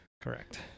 Correct